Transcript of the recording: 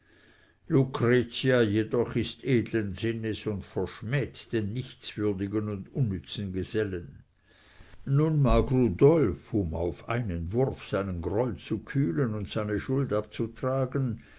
lucretia jedoch ist edlen sinnes und verschmäht den nichtswürdigen und unnützen gesellen nun mag rudolf um auf einen wurf seinen groll zu kühlen und seine schuld abzutragen